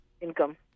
income